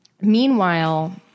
Meanwhile